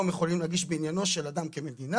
יכולים להגיש בעניינו של אדם כמדינה.